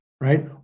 right